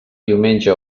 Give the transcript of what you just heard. diumenge